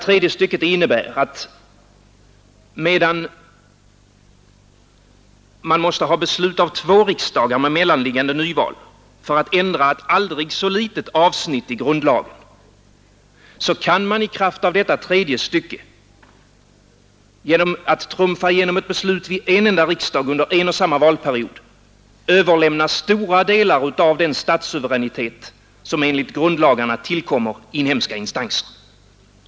Medan man måste ha FR ne till beslut av två riksdagar med mellanliggande nyval för att ändra ett aldrig så litet avsnitt i grundlagen kan man i kraft av detta tredje stycke genom att trumfa igenom ett beslut vid en enda riksdag under en och samma valperiod överlämna stora delar av den statssuveränitet som enligt grundlagarna tillkommer inhemska instanser.